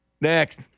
Next